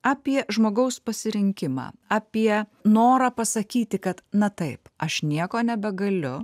apie žmogaus pasirinkimą apie norą pasakyti kad na taip aš nieko nebegaliu